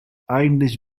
eigentlich